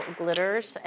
glitters